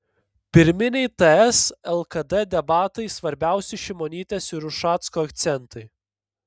pirminiai ts lkd debatai svarbiausi šimonytės ir ušacko akcentai